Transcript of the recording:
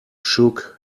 shook